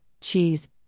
cheese